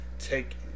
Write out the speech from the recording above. take